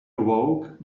awoke